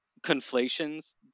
conflations